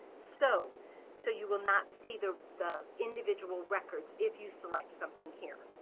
so so you will not see the the individual records, if you select something here.